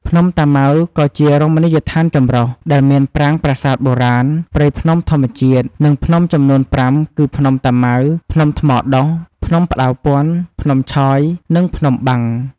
ភ្នំតាម៉ៅក៏ជារមណីយដ្ឋានចម្រុះ ដែលមានប្រាង្គប្រាសាទបុរាណ ព្រៃភ្នំធម្មជាតិ និងភ្នំចំនួន ៥ គឺ ភ្នំតាម៉ៅ ភ្នំថ្មដុះ ភ្នំផ្តៅពន្ធ ភ្នំឆយ និងភ្នំបាំង។